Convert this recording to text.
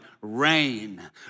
rain